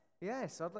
yes